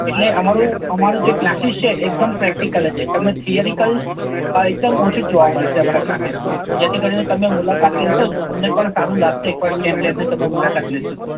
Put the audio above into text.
એટલે અમારું અમારું જે કલાસીસ છે એકદમ પ્રેક્ટીકલ જ છે તમને થીયેરીકલ એકદમ ઓછું જ જોવા મળશે અમારા કલાસીસમાં જેથી કરીને તમે મુલાકાત લેશો તો તમને પણ સારું લાગશે એક વાર સ્ટેમ લેબની તમે મુલાકાત લેશો તો